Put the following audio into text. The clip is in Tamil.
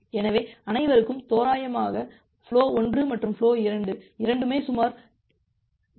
எனவே அனைவருக்கும் தோராயமாக ஃபுலோ 1 மற்றும் ஃபுலோ 2 இரண்டுமே சுமார் 0